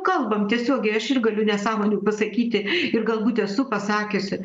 kalbam tiesiogiai aš ir galiu nesąmonių pasakyti ir galbūt esu pasakiusi